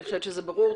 אני חושבת שזה ברור,